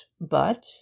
But